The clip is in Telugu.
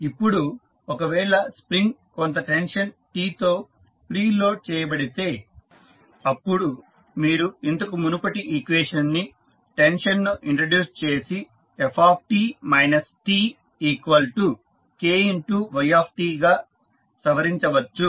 ఇప్పుడు ఒకవేళ స్ప్రింగ్ కొంత టెన్షన్ T తో ప్రీలోడ్ చేయబడితే అప్పుడు మీరు ఇంతకు మునుపటి ఈక్వేషన్ ని టెన్షన్ను ఇంట్రడ్యూస్ చేసి ft TKyt గా సవరించవచ్చు